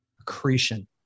accretion